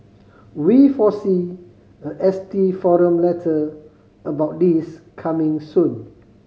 we foresee a S T forum letter about this coming soon